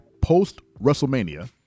post-WrestleMania